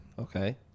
Okay